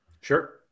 Sure